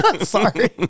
Sorry